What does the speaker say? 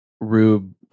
Rube